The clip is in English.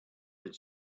had